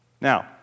Now